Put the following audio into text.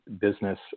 business